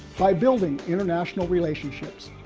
by building international relationships,